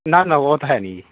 ਨਾ ਨਾ ਵੋਤ ਹੈ ਨਹੀਂ ਜੀ